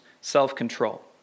self-control